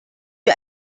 wie